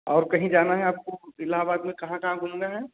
और कहीं जाना है आपको इलाहाबाद में कहाँ कहाँ घूमना है